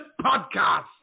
podcast